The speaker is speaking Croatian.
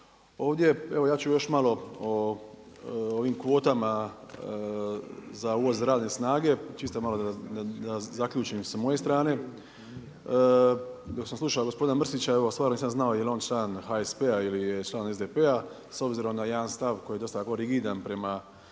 Ovdje evo ja ću još malo o ovim kvotama za uvoz radne snage, čisto malo da zaključim sa moje strane. Dok sam slušao gospodina Mrsića stvarno nisam znao jel on član HSP-a ili je član SDP-a s obzirom na jedan stav koji je dosta rigidan prema